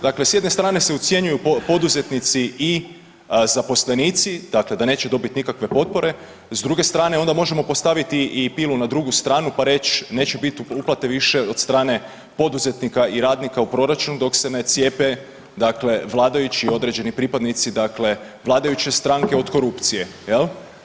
Dakle, s jedne strane se ucjenjuju poduzetnici i zaposlenici, dakle da neće dobit nikakve potpore, s druge strane onda možemo postaviti i pilu na drugu stranu, pa reć neće bit uplate više od strane poduzetnika i radnika u proračun dok se ne cijepe, dakle vladajući i određeni pripadnici dakle vladajuće stranke od korupcije jel.